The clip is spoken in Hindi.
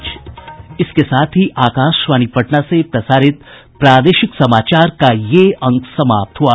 इसके साथ ही आकाशवाणी पटना से प्रसारित प्रादेशिक समाचार का ये अंक समाप्त हुआ